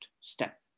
step